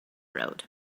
road